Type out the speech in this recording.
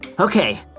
Okay